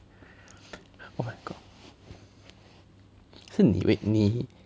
oh my god 是你 wait 你